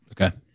Okay